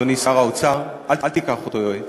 אדוני שר האוצר, אל תיקח אותו יועץ.